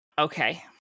Okay